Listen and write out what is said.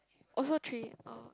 also three oh